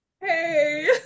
Hey